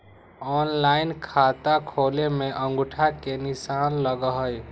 Online खाता खोले में अंगूठा के निशान लगहई?